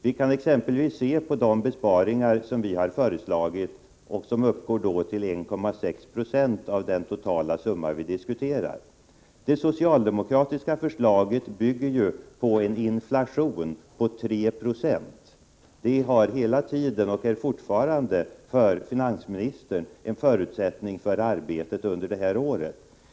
Vi kan exempelvis se på de besparingar som vi har föreslagit och som uppgår till 1,6 96 av den totala summa vi diskuterar. Det socialdemokratiska förslaget bygger på en beräknad inflation av3 26. Det har hela tiden varit och är fortfarande för finansministern en förutsättning för arbetet under detta år.